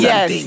Yes